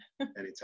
Anytime